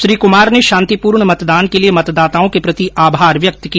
श्री कुमार ने शांतिपूर्ण मतदान के लिए मतदाताओं के प्रति आभार व्यक्त किया